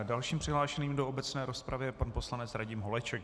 Dalším přihlášeným do obecné rozpravy je pan poslanec Radim Holeček.